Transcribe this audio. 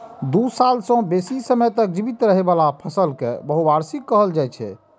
दू साल सं बेसी समय तक जीवित रहै बला फसल कें बहुवार्षिक कहल जाइ छै